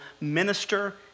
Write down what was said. minister